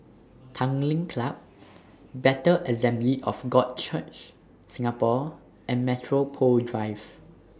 Tanglin Club Bethel Assembly of God Church Singapore and Metropole Drive